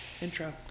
Intro